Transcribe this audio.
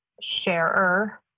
sharer